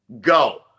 Go